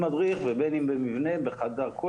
בין אם זה בחוץ עם מדריך ובין אם במבנה בחדר כושר,